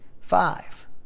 Five